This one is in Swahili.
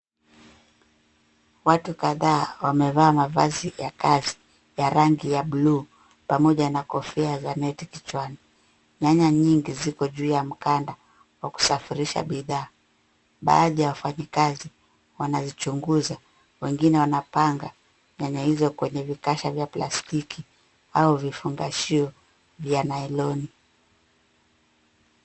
Watu kadhaa wamevaa mavazi ya kazi, ya rangi ya buluu, pamoja na kofia za neti kichwani. Nyanya nyingi ziko juu ya mkanda wa kusafirisha bidhaa. Baadhi ya wafanyikazi wanazichunguza, wengine wanapanga nyanya hizo kwenye vikasha vya plastiki au vifungashio vya nailoni.